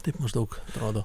taip maždaug atrodo